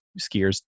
skiers